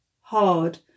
hard